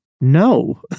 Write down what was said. No